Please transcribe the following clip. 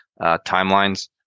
timelines